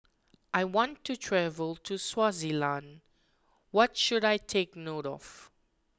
I want to travel to Swaziland what should I take note of